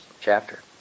chapter